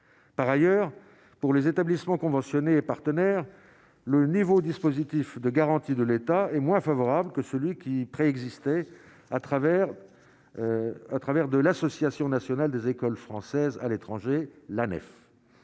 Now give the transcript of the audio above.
par ailleurs pour les établissements conventionnés et partenaires, le nouveau dispositif de garantie de l'État est moins favorable que celui qui préexistait à travers à travers de l'association nationale des écoles françaises à l'étranger, la